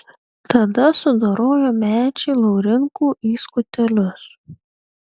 tada sudorojo mečį laurinkų į skutelius